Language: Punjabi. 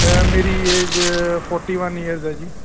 ਮੇਰੀ ਏਜ ਫੋਟੀ ਵੱਨ ਈਅਰਸ ਆ ਜੀ